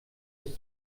bis